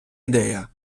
ідея